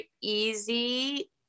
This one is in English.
easy